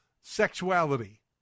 sexuality